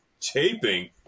taping